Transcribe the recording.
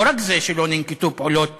לא רק זה שלא ננקטו פעולות